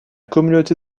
communauté